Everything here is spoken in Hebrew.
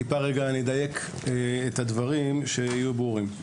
אני אדייק את הדברים שיהיו ברורים.